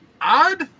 odd